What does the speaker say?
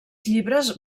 llibres